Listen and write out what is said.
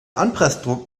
anpressdruck